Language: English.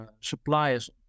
suppliers